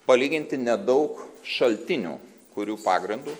palyginti nedaug šaltinių kurių pagrindu